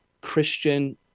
Christian